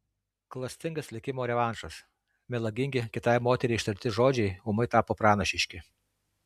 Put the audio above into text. klastingas likimo revanšas melagingi kitai moteriai ištarti žodžiai ūmai tapo pranašiški